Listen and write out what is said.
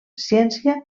ciència